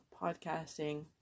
podcasting